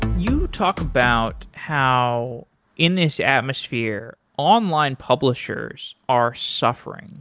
you talked about how in this atmosphere, online publishers are suffering.